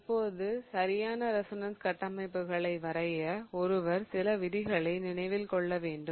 இப்போது சரியான ரெசோனன்ஸ் கட்டமைப்புகளை வரைய ஒருவர் சில விதிகளை நினைவில் கொள்ள வேண்டும்